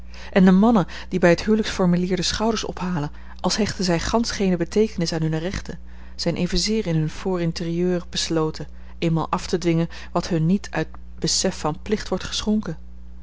en de mannen die bij het huwelijksformulier de schouders ophalen als hechten zij gansch geene beteekenis aan hunne rechten zijn evenzeer in hun for intérieur besloten eenmaal af te dwingen wat hun niet uit besef van plicht wordt geschonken